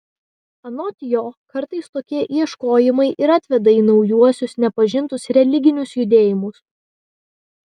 anot jo kartais tokie ieškojimai ir atveda į naujuosius nepažintus religinius judėjimus